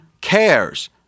cares